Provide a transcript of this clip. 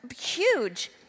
huge